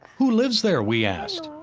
who lives there? we asked.